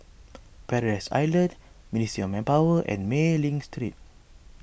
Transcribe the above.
Paradise Island Ministry of Manpower and Mei Ling Street